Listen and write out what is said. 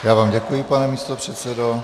Já vám děkuji, pane místopředsedo.